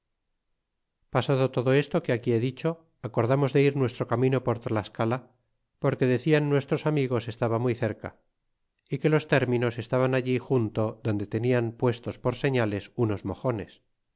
pasado todo esto que aquí he dicho acordamos de ir nuestro camino por tlascala porque decian nuestros amigos estaba muy cerca y que los términos estaban allí junto donde tenian puestos por señales unos mojones